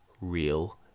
Real